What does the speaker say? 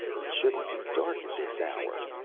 it shouldn't be dark at this hour!